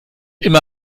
immer